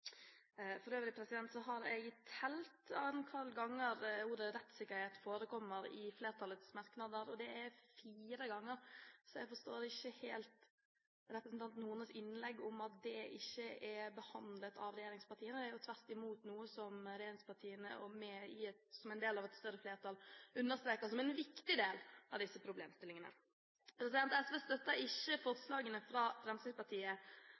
For øvrig har jeg telt antall ganger ordet «rettssikkerhet» forekommer i flertallets merknader – det er fire ganger. Så jeg forstår ikke helt representanten Hornes innlegg om at dette ikke er behandlet av regjeringspartiene. Det er jo tvert imot noe som regjeringspartiene, som en del av et større flertall, understreker som en viktig del av disse problemstillingene. SV støtter ikke forslagene fra Fremskrittspartiet.